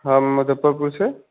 हम मुज़फ़्फ़रपुर से